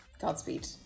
Godspeed